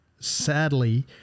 sadly